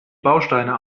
bausteine